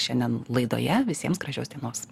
šiandien laidoje visiems gražios dienos